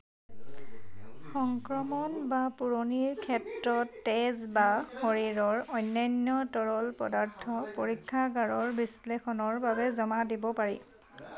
সংক্ৰমণ বা পোৰণিৰ ক্ষেত্ৰত তেজ বা শৰীৰৰ অন্যান্য তৰল পদাৰ্থ পৰীক্ষাগাৰৰ বিশ্লেষণৰ বাবে জমা দিব পাৰি